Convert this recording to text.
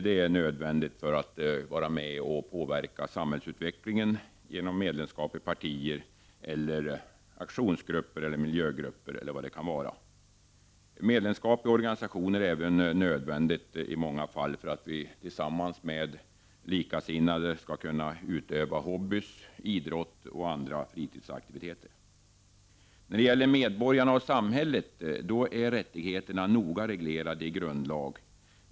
Det är nödvändigt för oss för att vara med och påverka samhällsutvecklingen genom medlemskap i partier eller aktionsgrupper, miljögrupper eller vad det kan vara. Medlemskap i organisationer är även nödvändigt i många fall för att vi tillsammans med likasinnade skall kunna utöva hobbyer, idrott och andra fritidsaktiviteter. När det gäller medborgarna och samhället är rättigheterna noga reglerade i grundlag.